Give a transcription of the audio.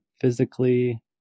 physically